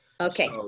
Okay